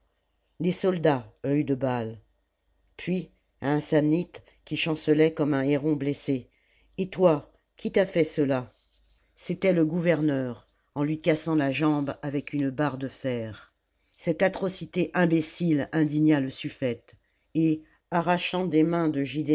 les soldats œil de baal puis à un samnite qui chancelait comme un héron blessé et toi qui t'a fait cela c'était le gouverneur en lui cassant la jambe avec une barre de fer cette atrocité imbécile indigna le suffete et arrachant des mains de